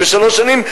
בשלוש שנים,